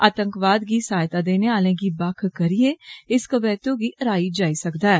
आतंकवाद गी मदाद देने आले गी बक्ख करियै इस कबैतू गी हराया जाई सकदा ऐ